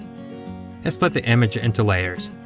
and split the image into layers.